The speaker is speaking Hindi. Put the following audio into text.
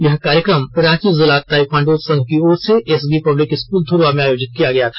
यह कार्यक्रम रांची जिला ताइक्वांडो संघ की ओर से एसबी पब्लिक स्कूल धुर्वा में आयोजित किया गया था